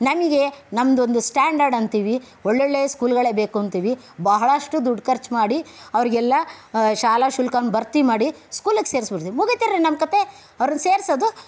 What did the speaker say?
ನನಗೆ ನಮ್ದೊಂದು ಸ್ಟ್ಯಾಂಡರ್ಡ್ ಅಂತೀವಿ ಒಳ್ಳೊಳ್ಳೆ ಸ್ಕೂಲ್ಗಳೇ ಬೇಕು ಅಂತೀವಿ ಬಹಳಷ್ಟು ದುಡ್ಡು ಖರ್ಚು ಮಾಡಿ ಅವರಿಗೆಲ್ಲ ಶಾಲಾ ಶುಲ್ಕವನ್ನು ಭರ್ತಿ ಮಾಡಿ ಸ್ಕೂಲಿಗೆ ಸೇರಿಸ್ಬಿಡ್ತೀವಿ ಮುಗೀತು ರೀ ನಮ್ಮ ಕಥೆ ಅವ್ರನ್ನ ಸೇರಿಸೋದು